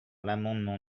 l’amendement